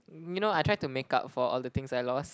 um you know I try to make up for all the things I lost